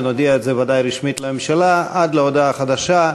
ונודיע את זה ודאי רשמית לממשלה: עד להודעה חדשה,